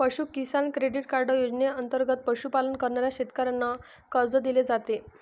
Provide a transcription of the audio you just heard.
पशु किसान credit card योजनेंतर्गत पशुपालन करणाऱ्या शेतकऱ्यांना कर्ज दिले जाते